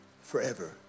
Forever